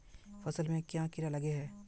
फसल में क्याँ कीड़ा लागे है?